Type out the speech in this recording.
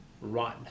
run